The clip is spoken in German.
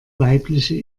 weibliche